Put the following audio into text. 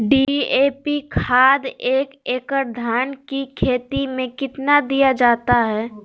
DAP खाद एक एकड़ धान की खेती में कितना दीया जाता है?